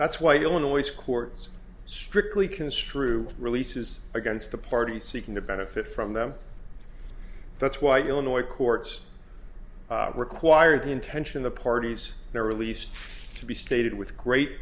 that's why illinois courts strictly construe releases against the parties seeking to benefit from them that's why illinois courts require the intension the parties their release to be stated with great